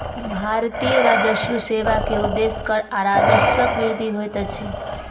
भारतीय राजस्व सेवा के उदेश्य कर आ राजस्वक वृद्धि होइत अछि